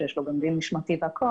שיש לו גם דין משמעתי והכול,